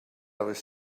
was